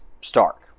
Stark